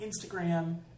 Instagram